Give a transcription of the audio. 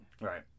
Right